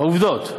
עובדות.